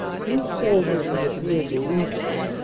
few soldiers in the field believed in it,